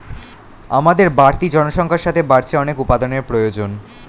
আমাদের বাড়তি জনসংখ্যার সাথে বাড়ছে অনেক উপাদানের প্রয়োজন